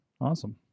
Awesome